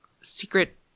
secret